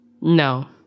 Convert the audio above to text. no